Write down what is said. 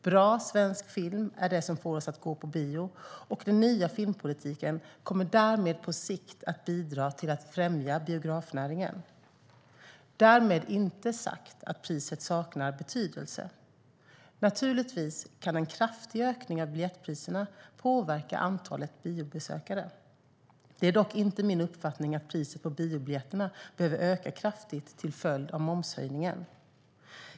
Bra svensk film är det som får oss att gå på bio, och den nya filmpolitiken kommer därmed på sikt att bidra till att främja biografnäringen. Därmed inte sagt att priset saknar betydelse. Naturligtvis kan en kraftig ökning av biljettpriserna påverka antalet biobesökare. Det är dock inte min uppfattning att priset på biobiljetterna behöver öka kraftigt till följd av momshöjningen.